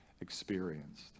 experienced